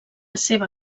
seva